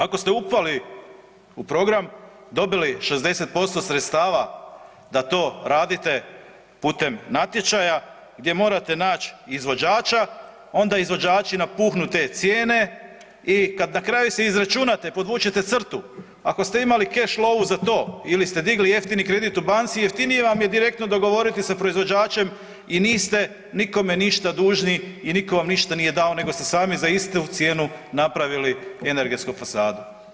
Ako ste upali u program, dobili 60% sredstava da to radite putem natječaja gdje morate nać izvođača, onda izvođači napuhnu te cijene i kad na kraju se izračunate i podvučete crtu ako ste imali keš lovu za to ili ste digli jeftini kredit u banci jeftinije vam je direktno dogovoriti sa proizvođačem i niste nikome ništa dužni i niko vam ništa nije dao nego ste sami za istu cijenu napravili energetsku fasadu.